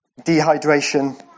dehydration